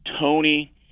Tony